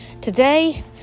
today